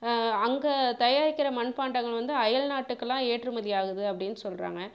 அங்கே தயாரிக்கிற மண்பாண்டங்கள் வந்து அயல் நாட்டுக்கெலாம் ஏற்றுமதி ஆகுது அப்படின்னு சொல்கிறாங்க